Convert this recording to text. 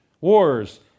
Wars